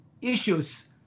issues